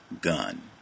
gun